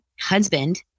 husband